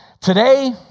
Today